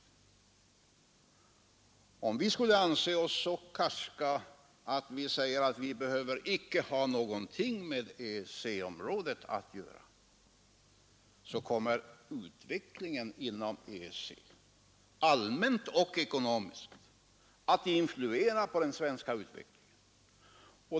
Även om vi skulle vara så karska att vi sade att vi inte behöver ha någonting med EEC-området att göra, så skulle utvecklingen inom EEC, allmänt och ekonomiskt, ändå influera den svenska utvecklingen.